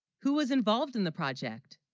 who, was involved in the project?